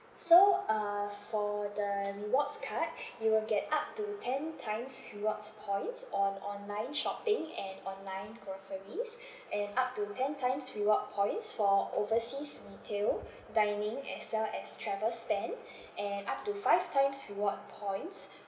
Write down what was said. so uh for the rewards card you will get up to ten times rewards points on online shopping and online groceries and up to ten times reward points for overseas retail dining as well as travel spend and up to five times reward points